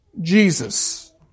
Jesus